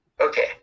okay